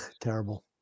terrible